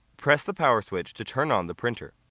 press the power switch to turn on the printer.